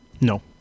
No